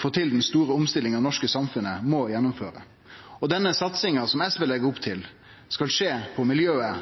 få til den store omstillinga det norske samfunnet må gjennomføre. Den satsinga som SV legg opp til, skal skje på